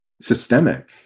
systemic